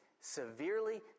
severely